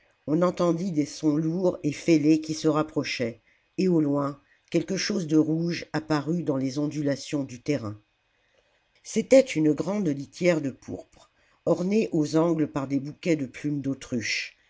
on entendit des sons lourds et fêlés qui se rapprochaient et au loin quelque chose de rouge apparut dans les ondulations du terrain c'était une grande htière de pourpre ornée aux angles par des bouquets de plumes d'autruche